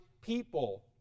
people